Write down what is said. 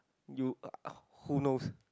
you uh uh who knows